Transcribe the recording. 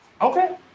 Okay